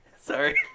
Sorry